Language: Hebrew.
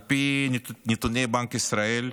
על פי נתוני בנק ישראל,